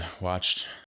watched